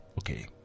okay